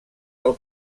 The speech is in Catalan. del